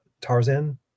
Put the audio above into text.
Tarzan